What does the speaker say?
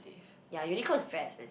ya Uniqlo is very expensive